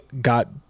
got